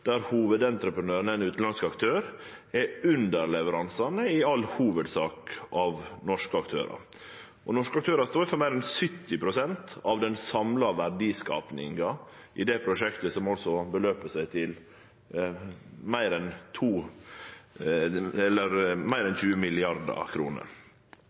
der hovudentreprenøren er ein utanlandsk aktør, er underleverandørane i hovudsak norske aktørar, og norske aktørar står for meir enn 70 pst. av den samla verdiskapinga i det prosjektet, som er på meir enn